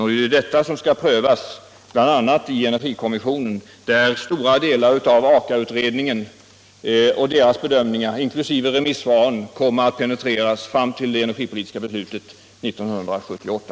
Det är denna fråga som skall prövas, bl.a. i energikommissionen, där stora delar av Aka-utredningens bedömningar inkl. remissvaren kommer att penetreras fram till det energipolitiska beslutet 1978.